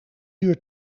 uur